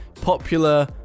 Popular